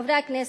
חברי הכנסת,